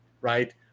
right